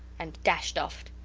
and dashed off.